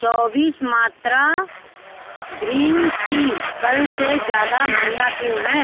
चौबीस मात्रा green tea कल से ज़्यादा महंगा क्यों है